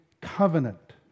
covenant